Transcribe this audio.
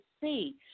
see